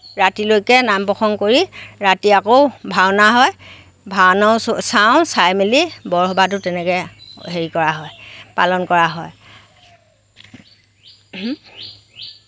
ৰাতিলৈকে নাম প্ৰসংগ কৰি ৰাতি আকৌ ভাওনা হয় ভাওনাও চাওঁ চাই মেলি বৰসবাহটো তেনেকৈ হেৰি কৰা হয় পালন কৰা হয়